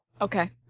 Okay